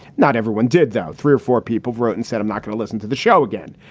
not everyone did that. three or four people wrote and said, i'm not going to listen to the show again,